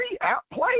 outplayed